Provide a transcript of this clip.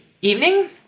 evening